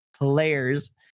players